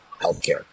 healthcare